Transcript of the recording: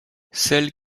celle